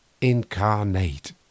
incarnate